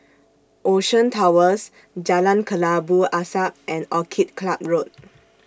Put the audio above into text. Ocean Towers Jalan Kelabu Asap and Orchid Club Road